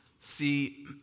See